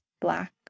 black